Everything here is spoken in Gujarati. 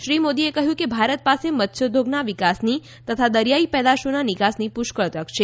શ્રી મોદીએ કહ્યું કે ભારત પાસે મત્સ્યોદ્યોગના વિકાસની તથા દરિયાઇ પેદાશોના નીકાસની પુષ્કળ તક છે